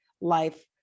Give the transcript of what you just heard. life